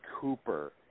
Cooper